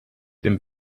dem